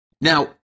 Now